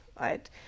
right